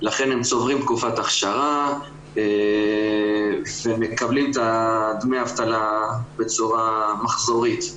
לכן הם צוברים תקופת אכשרה ומקבלים את דמי האבטלה בצורה מחזורית.